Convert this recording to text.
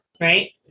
Right